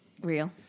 Real